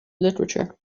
literature